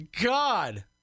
God